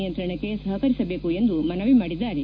ನಿಯಂತ್ರಣಕ್ಕೆ ಸಹಕರಿಸಬೇಕು ಎಂದು ಮನವಿ ಮಾಡಿದ್ದಾರೆ